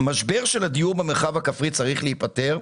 המשבר של הדיור במרחב הכפרי צריך להיפתר,